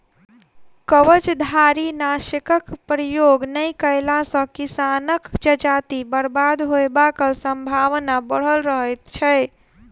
कवचधारीनाशकक प्रयोग नै कएला सॅ किसानक जजाति बर्बाद होयबाक संभावना बढ़ल रहैत छै